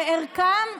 שערכיה,